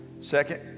second